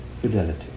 fidelity